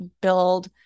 build